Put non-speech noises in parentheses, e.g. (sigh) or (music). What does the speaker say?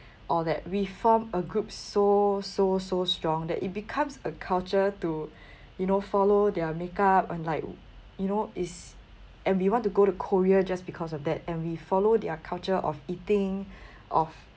or that we formed a group so so so strong that it becomes a culture to (breath) you know follow their makeup on like you know it's and we want to go to korea just because of that and we follow their culture of eating (breath) of